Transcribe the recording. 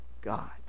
God